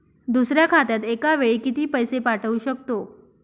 दुसऱ्या खात्यात एका वेळी किती पैसे पाठवू शकतो?